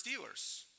Steelers